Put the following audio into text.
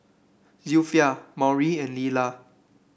Zilpha Maury and Leila